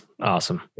awesome